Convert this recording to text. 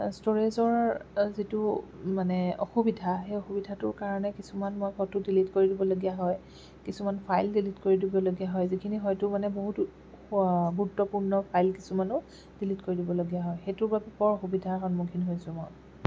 ষ্ট'ৰেজৰ যিটো মানে অসুবিধা সেই অসুবিধাটো কাৰণে কিছুমান মই ফটো ডিলিট কৰি দিবলগীয়া হয় কিছুমান ফাইল ডিলিট কৰি দিবলগীয়া হয় যিখিনি হয়তো মানে বহুত গুৰুত্বপূৰ্ণ ফাইল কিছুমানো ডিলিট কৰি দিবলগীয়া হয় সেইটো বাবে বৰ অসুবিধা সন্মুখীন হৈছোঁ মই